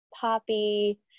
Poppy